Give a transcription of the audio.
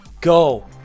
Go